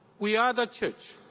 we are the church,